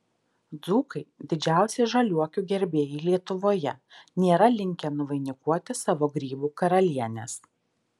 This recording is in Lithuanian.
dzūkai didžiausi žaliuokių gerbėjai lietuvoje nėra linkę nuvainikuoti savo grybų karalienės